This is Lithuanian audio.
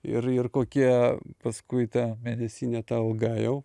ir ir kokia paskui ta mėnesinė alga jau